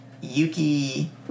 Yuki